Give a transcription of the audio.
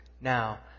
Now